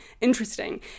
interesting